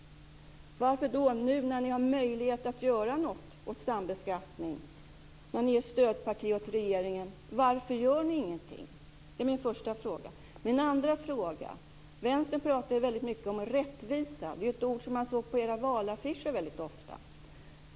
Varför gör ni ingenting nu när ni har möjlighet att göra någonting åt sambeskattningen, när ni är ett stödparti åt regeringen? Det är min första fråga. Jag har en andra fråga. Vänstern talar väldigt mycket om rättvisa. Det är ett ord som man såg på era valaffischer väldigt ofta.